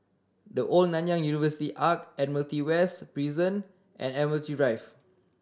The Old Nanyang University Arch Admiralty West Prison and Admiralty Drive